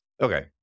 Okay